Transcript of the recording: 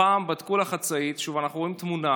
הפעם בדקו לה חצאית, שוב, אנחנו רואים תמונה.